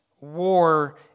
war